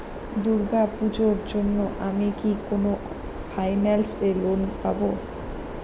দূর্গা পূজোর জন্য আমি কি কোন ফাইন্যান্স এ লোন পাবো?